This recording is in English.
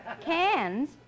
Cans